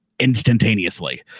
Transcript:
Instantaneously